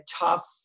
tough